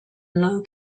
low